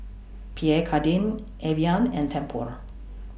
Pierre Cardin Evian and Tempur